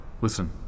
Listen